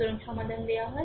সুতরাং সমাধান দেওয়া হয়